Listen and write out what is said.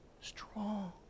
Strong